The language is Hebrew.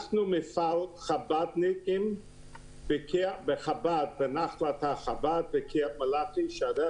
אנחנו מפעל של חב"דניקים בנחלת חב"ד בקריית מלאכי שפתחנו